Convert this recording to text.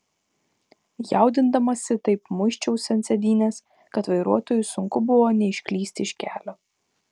jaudindamasi taip muisčiausi ant sėdynės kad vairuotojui sunku buvo neišklysti iš kelio